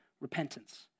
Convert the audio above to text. repentance